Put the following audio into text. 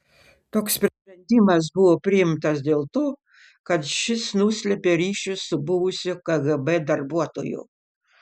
toks sprendimas buvo priimtas dėl to kad šis nuslėpė ryšius su buvusiu kgb darbuotoju